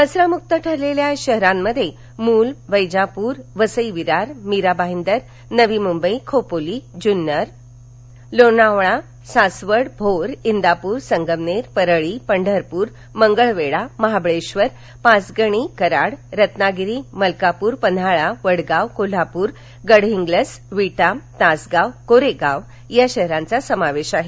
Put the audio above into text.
कचरामुक्त ठरलेल्या या शहरांमध्ये मूल वैजापूर वसई विरार मिरा भाईदर नवी मुंबई खोपोली जुन्नर लोणावळा सासवड भोर इंदापूर संगमनेर परळी पंढरपूर मंगळवेढा महाबळेश्वर पाचगणी कराड रत्नागिरी मलकापूर पन्हाळा वडगाव कोल्हापूर गडहिंग्लज विटा तासगाव कोरेगाव या शहरांचा समावेश आहे